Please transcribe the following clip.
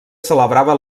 celebrava